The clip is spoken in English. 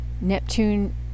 Neptune